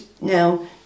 now